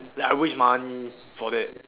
like waste money for that